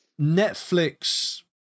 Netflix